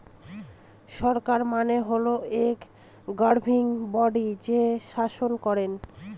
সরকার মানে হল এক গভর্নিং বডি যে শাসন করেন